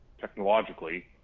technologically